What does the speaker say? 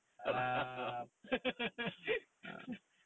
ah